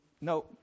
no